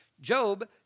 Job